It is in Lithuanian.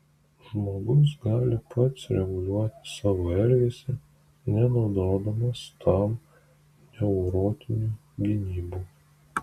žmogus gali pats reguliuoti savo elgesį nenaudodamas tam neurotinių gynybų